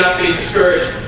be discouraged.